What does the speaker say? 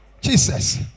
Jesus